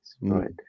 right